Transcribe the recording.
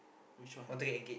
which one